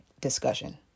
discussion